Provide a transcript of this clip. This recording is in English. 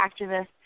activists